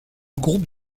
groupe